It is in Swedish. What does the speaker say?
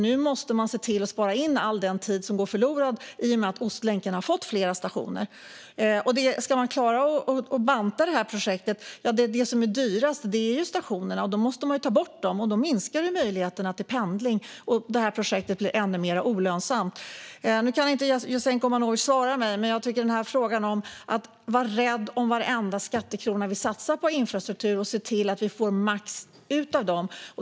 Nu måste man se till att spara in all den tid som gått förlorad i och med att Ostlänken har fått fler stationer. Ska man klara att banta projektet måste man ta bort det som är dyrast: stationerna. Då minskar möjligheterna till pendling, och projektet blir ännu mer olönsamt. Nu kan inte Jasenko Omanovic svara mig. Det handlar om att vara rädd om varenda skattekrona vi satsar på infrastruktur och att se till att vi får ut max av dem.